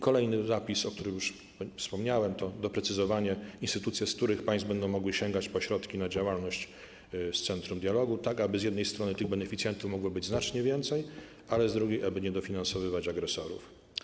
Kolejny zapis, o którym już wspomniałem, to doprecyzowanie, z których państw instytucje będą mogły sięgać po środki na działalność z Centrum Dialogu, tak aby z jednej strony tych beneficjentów mogło być znacznie więcej, ale z drugiej strony, aby nie dofinansowywać agresorów.